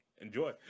enjoy